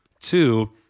Two